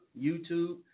YouTube